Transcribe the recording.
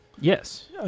Yes